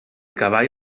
cavall